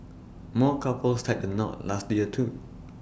more couples tied the knot last year too